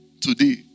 today